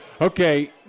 Okay